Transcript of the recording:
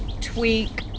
tweak